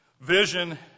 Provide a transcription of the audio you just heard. Vision